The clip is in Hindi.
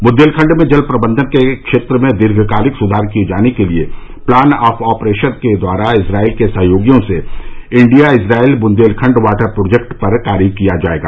बुन्देलखंड में जल प्रबंधन के क्षेत्र में दीर्घकालिक सुधार किये जाने के लिये प्लान ऑफ ऑपरेशन के द्वारा इजरायल के सहयोगियों से India Israel Bundelkhand water project पर कार्य किया जायेगा